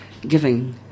giving